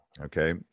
okay